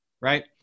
right